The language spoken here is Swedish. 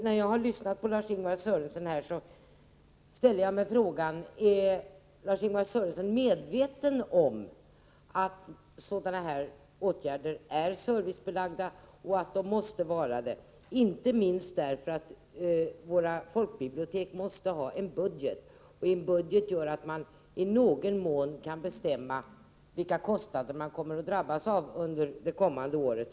När jag lyssnade på Lars-Ingvar Sörenson ställde jag mig frågan: Är Lars-Ingvar Sörenson medveten om att sådana här serviceåtgärder är avgiftsbelagda och att de måste vara det — inte minst därför att våra folkbibliotek behöver ha en budget. En budget gör att man i någon mån kan bestämma vilka kostnader man kommer att drabbas av under det kommande året.